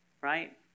right